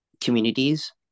communities